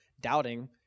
doubting